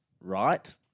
right